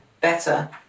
better